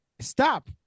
stop